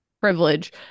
privilege